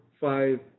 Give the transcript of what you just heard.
five